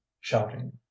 shouting